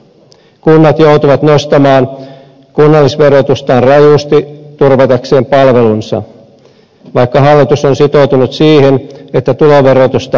kunnat joutuvat nostamaan kunnallisverotustaan rajusti turvatakseen palvelunsa vaikka hallitus on sitoutunut siihen että tuloverotusta ei nosteta